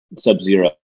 sub-zero